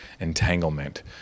entanglement